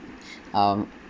um